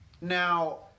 Now